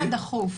לסעד דחוף.